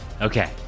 Okay